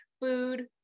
food